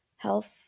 health